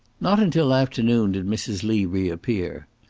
not until afternoon did mrs. lee reappear.